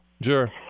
Sure